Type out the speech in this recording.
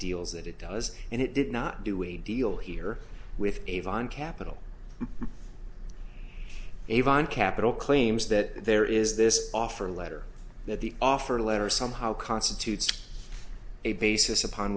deals that it does and it did not do a deal here with avon capital avon capital claims that there is this offer letter that the offer letter somehow constitutes a basis upon